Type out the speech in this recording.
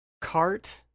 cart